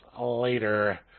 later